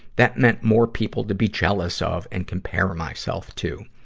that meant more people to be jealous of and compare myself to.